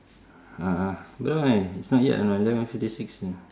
!huh! why it's not yet right eleven fifty six then